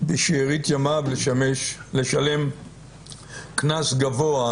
בשארית ימיו לשלם קנס גבוה.